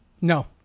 no